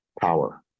power